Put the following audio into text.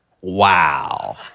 Wow